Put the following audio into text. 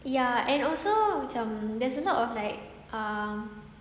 ya and also macam there's a lot of like um